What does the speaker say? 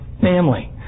family